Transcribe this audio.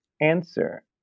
answer